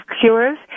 Cures